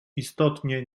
istotnie